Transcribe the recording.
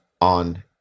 on